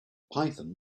python